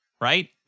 Right